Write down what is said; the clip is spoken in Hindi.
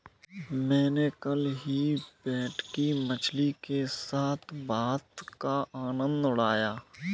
मैंने कल ही भेटकी मछली के साथ भात का आनंद उठाया